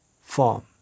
form